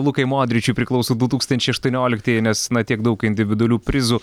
lukai modričiui priklauso du tūkstančiai aštuonioliktieji nes na tiek daug individualių prizų